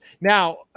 Now